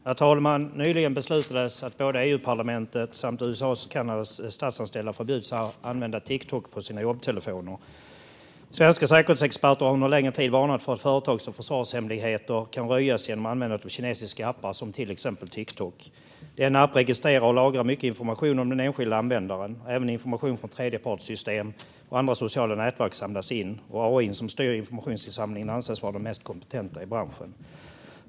Herr talman! Nyligen beslutades att Europaparlamentets, USA:s och Kanadas statsanställda förbjuds att använda Tiktok på sina jobbtelefoner. Svenska säkerhetsexperter har under en längre tid varnat för att företags och försvarshemligheter kan röjas genom användandet av kinesiska appar, till exempel Tiktok. Denna app registrerar och lagrar mycket information om den enskilda användaren. Även information från tredjepartssystem och andra sociala nätverk samlas in. Den AI som styr informationsinsamlingen anses vara den mest kompetenta i branschen.